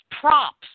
props